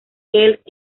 gales